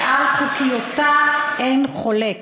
שעל חוקיותה אין חולק.